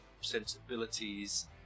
sensibilities